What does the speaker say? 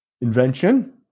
invention